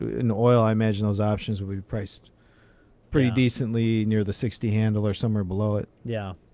in oil, i imagine those options would be priced pretty decently near the sixty handle or somewhere below it. yeah.